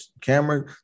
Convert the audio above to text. Camera